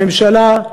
הממשלה,